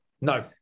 No